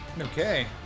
okay